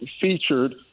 featured